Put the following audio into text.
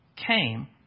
came